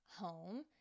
home